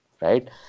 right